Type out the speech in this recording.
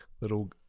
little